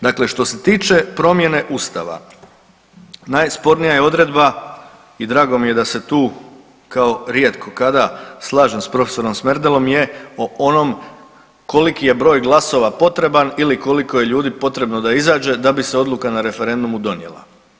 Dakle, što se tiče promjene Ustava, najspornija je odredba i drago mi je da se tu kao rijetko kada slažem s profesorom Smerdelom je o onom koliki je broj glasova potreban ili koliko je ljudi potrebno da izađe da bi se odluka na referendumu donijela.